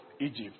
Egypt